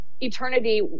eternity